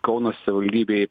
kauno savivaldybėj